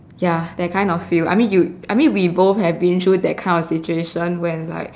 ya that kind of feel I mean you I mean we both have been through that kind of situation when like